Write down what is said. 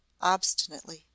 Obstinately